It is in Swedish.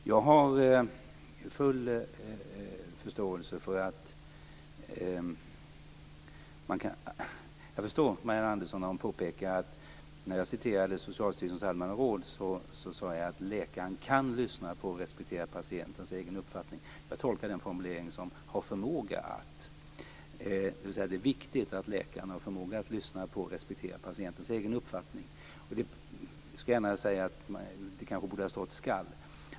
Jag förstår Marianne Andersson när hon påpekar att när jag refererade till Socialstyrelsens allmänna råd sade jag att läkaren "kan" lyssna på och respektera patientens egen uppfattning. Jag tolkade den formuleringen som "har förmåga att", dvs. att det är viktigt att läkaren har förmåga att lyssna på och respektera patientens egen uppfattning. Jag kan gärna säga att det kanske borde ha stått "skall".